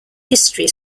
history